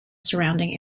surrounding